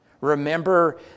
Remember